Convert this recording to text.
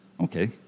okay